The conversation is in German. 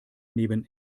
neben